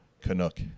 canuck